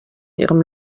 ihrem